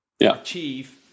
achieve